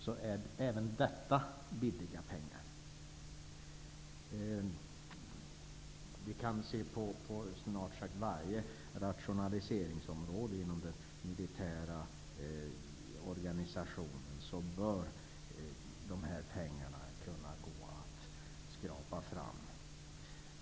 Det var precis det Karl-Erik Svartberg argumenterade för här tidigare. Snart sagt varje område inom den militära organisationen rationaliseras. Pengarna bör kunna skrapas fram.